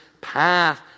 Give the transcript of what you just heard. path